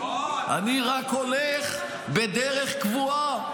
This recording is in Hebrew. אני רק הולך בדרך קבועה,